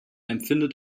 empfindet